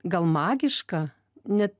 gal magiška net